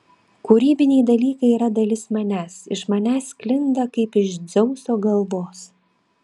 kūrybiniai dalykai yra dalis manęs iš manęs sklinda kaip iš dzeuso galvos